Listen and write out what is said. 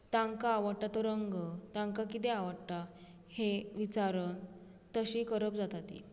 तांकां आवडटा तो रंग तांकां कितें आवडटा हें वाचरून तशी करप जाता ती